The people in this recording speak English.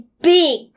big